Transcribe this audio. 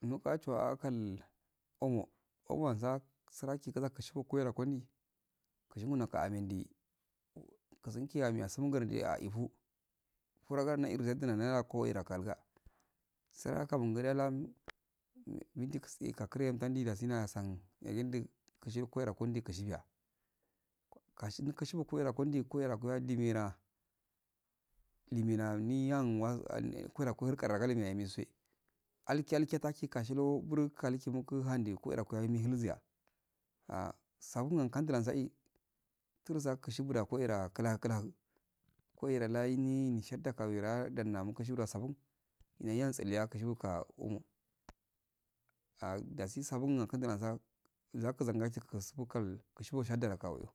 Nugachiwa akal omo-omonsa saraki kazakushi kokuyara kondi kushung noka amen andi kusongi kusongi kurada a indi aifu furanga airgutunanada koirakalga suraka fungdenya lan minti kushe kakure tandu ndasi ndsan yagil ndu kushil kwera kundi koshibiya kashin kushifu kuiroa kundi kuroa dimena limina myan wa an koira hurqa lagarum yahe mesuwe alqi-alqi yataki kashilo nuru kaluku mulku lalinde kiurekaha mihilziya ah sabun ankandu lanza-e tarza kushibu koira kla-kla koira lami nishetta kawira lainni nukshi kubura sabun nayi ahan tsalle akushibuka umo ah dasi suibun ankundanasa zaku zandasa zakuzanga zubukul sudukal kusugo shadda akawe'o